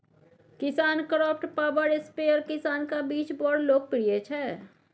KisanKraft power sprayer किसानक बीच बड़ लोकप्रिय छै